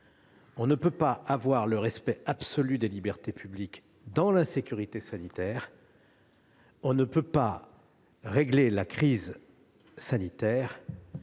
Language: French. On ne peut pas avoir le respect absolu des libertés publiques dans le cadre de la sécurité sanitaire ; on ne peut pas régler la crise sanitaire